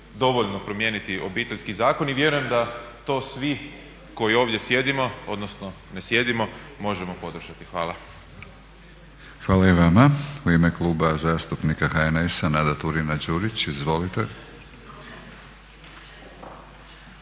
dovoljno promijeniti Obiteljski zakon i vjerujem da to svi koji ovdje sjedimo, odnosno ne sjedimo možemo podržati. Hvala. **Batinić, Milorad (HNS)** Hvala i vama. U ime Kluba zastupnika HNS-a Nada Turina-Đurić, izvolite.